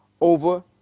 over